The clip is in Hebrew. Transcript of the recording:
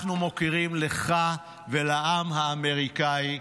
אנחנו מוקירים אותך ואת העם האמריקאי.